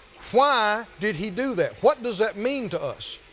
why did he do that? what does that mean to us?